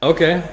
Okay